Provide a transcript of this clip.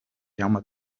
jaume